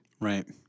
Right